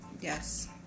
Yes